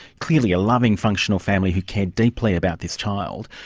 clearly a loving functional family who cared deeply about this child,